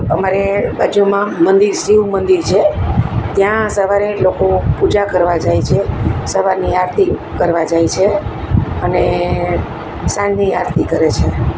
અમારે બાજુમાં મંદિર શિવ મંદિર છે ત્યાં સવારે લોકો પૂજા કરવા જાય છે સવારની આરતી કરવા જાય છે અને સાંજની આરતી કરે છે